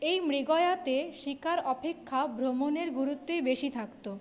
এই মৃগয়াতে শিকার অপেক্ষা ভ্রমণের গুরুত্বই বেশি থাকত